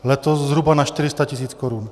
Letos zhruba na 400 tisíc korun.